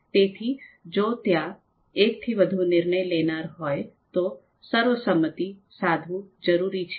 તેથી જો ત્યાં એકથી વધુ નિર્ણય લેનારા હોય તો સર્વસંમતિ સાધવું જરૂરી છે